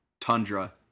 Tundra